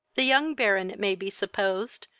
the young baron, it may be supposed,